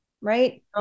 right